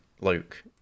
Luke